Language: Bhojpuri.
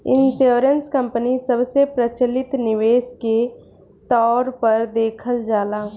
इंश्योरेंस कंपनी सबसे प्रचलित निवेश के तौर पर देखल जाला